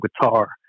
guitar